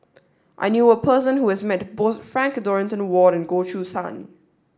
I knew a person who has met both Frank Dorrington Ward and Goh Choo San